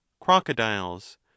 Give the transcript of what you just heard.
crocodiles